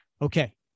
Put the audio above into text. okay